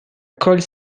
colle